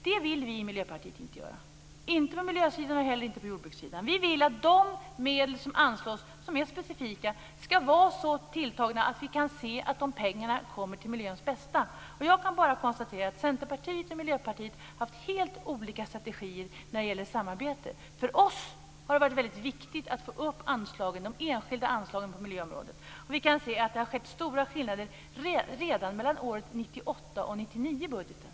Det vill vi i Miljöpartiet inte göra - inte på miljösidan och heller inte på jordbrukssidan. Vi vill att de medel som anslås som är specifika ska vara så tilltagna att vi kan se att pengarna används för miljöns bästa. Jag kan bara konstatera att Centerpartiet och Miljöpartiet haft helt olika strategier när det gäller samarbete. För oss har det varit väldigt viktigt att få upp de enskilda anslagen på miljöområdet. Vi kan se att det är stora skillnader mellan åren 1998 och 1999 i budgeten.